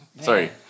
Sorry